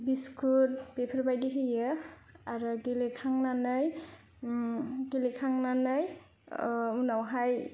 biscuit बेफोरबायदि होयो आरो गेलेखांनानै गेलेखांनानै उनावहाय